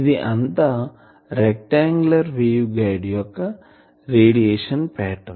ఇది అంతా rectangular wave guide యొక్క రేడియేషన్ పాటర్న్